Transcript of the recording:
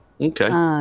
Okay